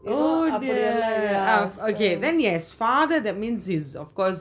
oh dear okay then yes father that means he is of course